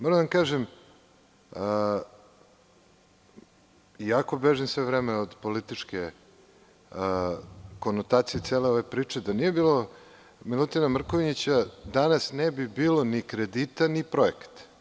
Moram da vam kažem, iako bežim sve vreme od političke konotacije cele ove priče, da nije bilo Milutina Mrkonjića, danas ne bi bilo ni kredita ni projekata.